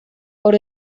por